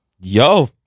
yo